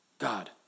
God